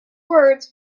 words